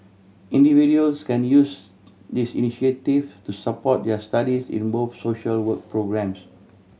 individuals can use these initiative to support their studies in both social work programmes